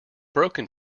broken